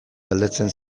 galdetzen